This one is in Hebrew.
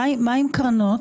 מי עם קרנות?